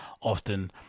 often